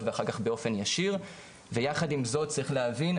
ואחר כך באופן ישיר ויחד עם זאת צריך להבין,